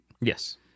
Yes